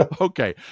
Okay